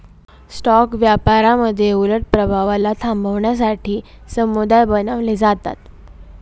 stock व्यापारामध्ये उलट प्रभावाला थांबवण्यासाठी समुदाय बनवले जातात